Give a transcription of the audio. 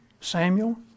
Samuel